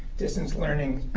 distance-learning,